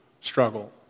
struggle